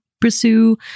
pursue